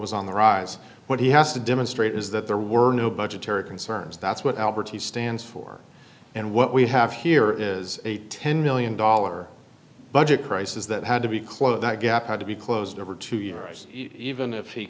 was on the rise what he has to demonstrate is that there were no budgetary concerns that's what albert he stands for and what we have here is a ten million dollars budget crisis that had to be closed that gap had to be closed over two years even if he